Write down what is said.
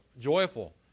joyful